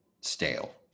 stale